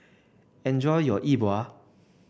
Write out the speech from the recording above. enjoy your Yi Bua